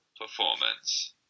performance